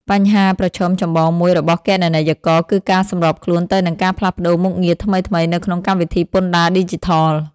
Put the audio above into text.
បញ្ហាប្រឈមចម្បងមួយរបស់គណនេយ្យករគឺការសម្របខ្លួនទៅនឹងការផ្លាស់ប្តូរមុខងារថ្មីៗនៅក្នុងកម្មវិធីពន្ធដារឌីជីថល។